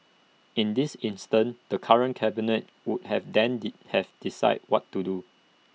in this instance the current cabinet would have then have decide what to do